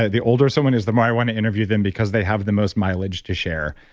ah the older someone is, the more i want to interview them because they have the most mileage to share,